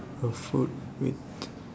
a food which